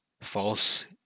False